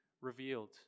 revealed